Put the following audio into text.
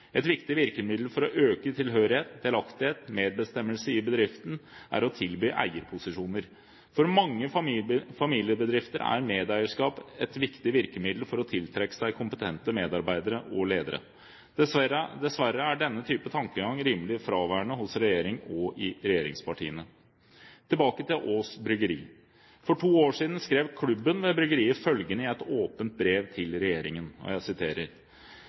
Et viktig virkemiddel for å øke tilhørighet, delaktighet, medbestemmelse i bedriften er å tilby eierposisjoner. For mange familiebedrifter er medeierskap et viktig virkemiddel for å tiltrekke seg kompetente medarbeidere og ledere. Dessverre er denne type tankegang rimelig fraværende hos regjeringen og i regjeringspartiene. Tilbake til Aass Bryggeri: For to år siden skrev klubben ved bryggeriet følgende i et åpent brev til regjeringen: